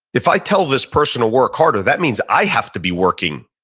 if i tell this person to work harder, that means i have to be working